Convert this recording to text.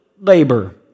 labor